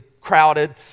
crowded